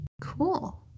Cool